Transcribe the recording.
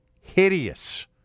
hideous